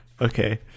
okay